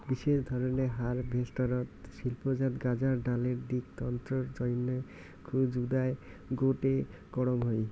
বিশেষ ধরনের হারভেস্টারত শিল্পজাত গাঁজার ডালের দিক তন্তুর জইন্যে জুদায় গোটো করাং হই